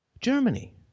Germany